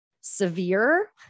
severe